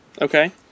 okay